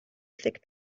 thick